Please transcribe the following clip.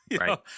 Right